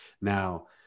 Now